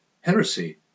heresy